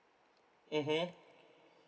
mmhmm